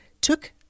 took